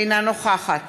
אינה נוכחת